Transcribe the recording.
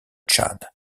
tchad